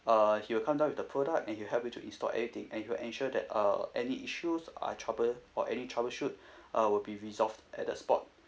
uh he will come down with the product and he will help you to install everything and he will ensure that uh any issues uh trouble or any troubleshoot uh will be resolved at the spot